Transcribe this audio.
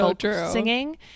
singing